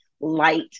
light